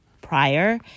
prior